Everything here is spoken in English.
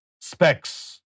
specs